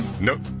Nope